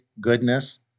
goodness